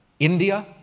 india,